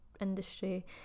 industry